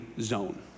zone